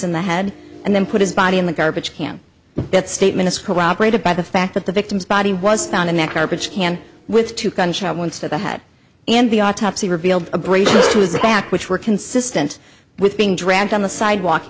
in the head and then put his body in the garbage can that statement is corroborated by the fact that the victim's body was found in the garbage can with two gunshot wounds to the head and the autopsy revealed abrasions to the back which were consistent with being dragged on the sidewalk